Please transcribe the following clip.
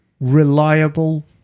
reliable